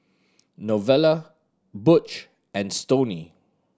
Novella Butch and Stoney